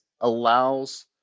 allows